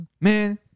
Man